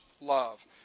love